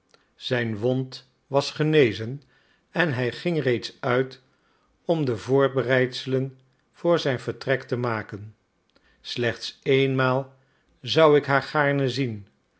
zijn wond was genezen en hij ging reeds uit om de voorbereidselen voor zijn vertrek te maken slechts eenmaal zou ik haar gaarne zien